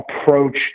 approach